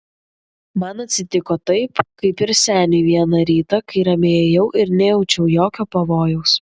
man atsitiko taip kaip ir seniui vieną rytą kai ramiai ėjau ir nejaučiau jokio pavojaus